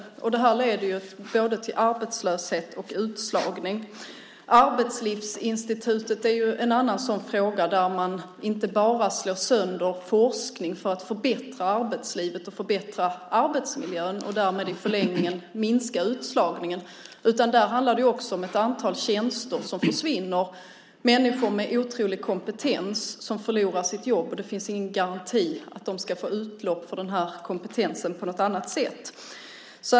Detta leder till både arbetslöshet och utslagning. Arbetslivsinstitutet är ett annat sådant område. Man slår sönder forskning som syftar till att förbättra arbetslivet och arbetsmiljön och därmed i en förlängning till att minska utslagningen. Dessutom handlar det om att ett antal tjänster försvinner. Människor med en otrolig kompetens förlorar sina jobb. Det finns ingen garanti för att de får utlopp för sin kompetens på annat sätt.